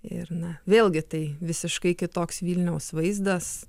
ir na vėlgi tai visiškai kitoks vilniaus vaizdas